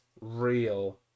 real